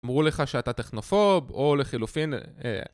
אמרו לך שאתה טכנופוב, או לחילופין, אההה